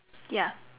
ya